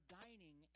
dining